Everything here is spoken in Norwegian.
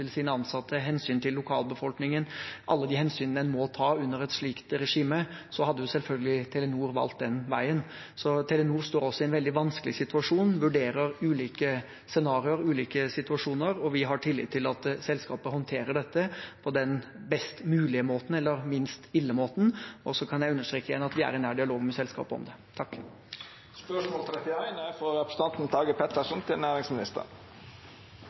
sine ansatte, med hensyn til lokalbefolkningen – alle de hensynene en må ta under et slikt regime – hadde Telenor selvfølgelig valgt den veien. Telenor står altså i en veldig vanskelig situasjon, vurderer ulike scenarioer, ulike situasjoner, og vi har tillit til at selskapet håndterer dette på den best mulige måten, eller minst ille måten, og så kan jeg igjen understreke at vi er i nær dialog med selskapet om det.